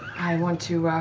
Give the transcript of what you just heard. i want to